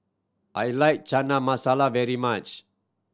I like Chana Masala very much